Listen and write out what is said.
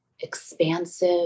expansive